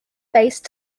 based